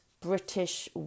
british